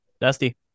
Dusty